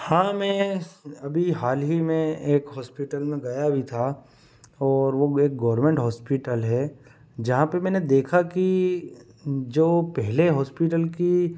हाँ मैं अभी हाल ही में एक हॉस्पिटल में गया भी था और वह एक गोवर्मेंट हॉस्पिटल है जहाँ पर मैंने देखा कि जो पहले हॉस्पिटल की